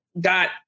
got